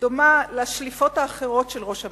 דומה לשליפות האחרות של ראש הממשלה,